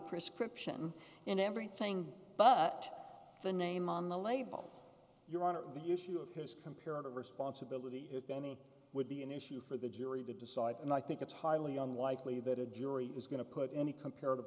prescription and everything but the name on the label your honor the issue of his comparative responsibility is that he would be an issue for the jury to decide and i think it's highly unlikely that a jury is going to put any comparative